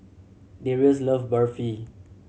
Darrius love Barfi